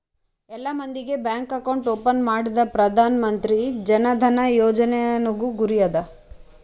ಎಲ್ಲಾ ಮಂದಿಗ್ bank account open ಮಾಡದೆ ಪ್ರಧಾನ್ ಮಂತ್ರಿ ಜನ್ ಧನ ಯೋಜನಾದು ಗುರಿ ಅದ